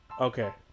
Okay